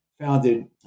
Founded